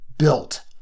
built